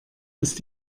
ist